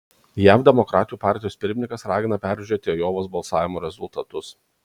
jav demokratų partijos pirmininkas ragina peržiūrėti ajovos balsavimo rezultatus